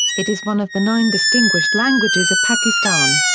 it is one of the nine distinguished languages of pakistan.